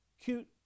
cute